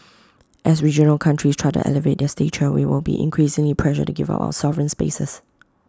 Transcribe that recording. as regional countries try to elevate their stature we will be increasingly pressured to give up our sovereign spaces